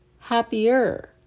happier